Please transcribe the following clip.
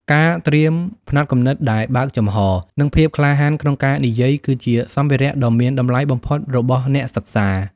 ការត្រៀមផ្នត់គំនិតដែលបើកចំហ និងភាពក្លាហានក្នុងការនិយាយ គឺជាសម្ភារៈដ៏មានតម្លៃបំផុតរបស់អ្នកសិក្សា។